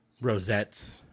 rosettes